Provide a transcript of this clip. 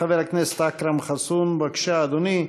חבר הכנסת אכרם חסון, בבקשה אדוני.